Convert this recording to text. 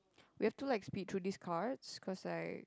we have to like speed through these cards cause like